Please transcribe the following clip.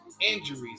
Injuries